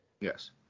Yes